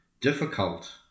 difficult